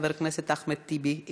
חבר הכנסת אחמד טיבי,